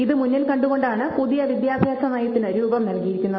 ഇത് മുന്നിൽ കണ്ടുകൊണ്ടാണ് പുതിയ വിദ്യാഭ്യാസ നയത്തിന് രൂപം നൽകിയിരിക്കുന്നത്